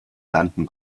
landen